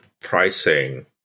pricing